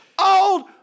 old